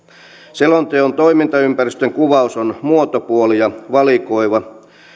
selonteon toimintaympäristön kuvaus on muotopuoli ja valikoiva